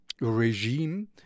regime